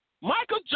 Michael